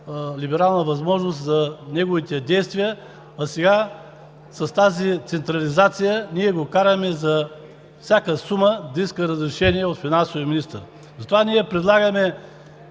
по-либерална възможност за неговите действия, а сега с тази централизация ние го караме за всяка сума да иска разрешение от финансовия министър. Затова предлагаме